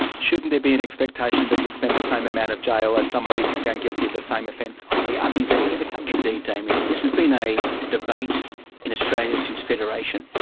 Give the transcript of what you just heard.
shouldn't there be an expectation that you will spend the same amount of jail as somebody who is found guilty of the same offence on the other side of the country? indeed damien, and this has been a debate in australia since federation.